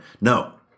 No